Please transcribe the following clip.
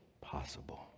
possible